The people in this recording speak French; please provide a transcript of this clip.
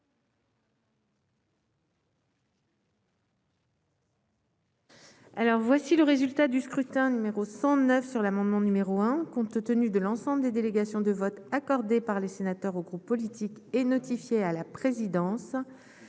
Alors voici le résultat du. Frutos numéro 109 sur l'amendement numéro 1 compte tenu de l'ensemble des délégations de vote accordé par les sénateurs aux groupes politiques et notifié à la présidence,